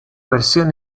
versión